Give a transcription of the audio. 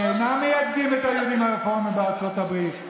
שאינם מייצגים את היהודים הרפורמים בארצות הברית,